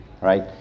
right